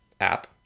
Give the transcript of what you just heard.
app